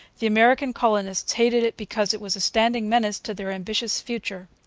the american colonists hated it because it was a standing menace to their ambitious future.